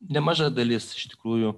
nemaža dalis iš tikrųjų